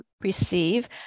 receive